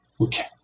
Okay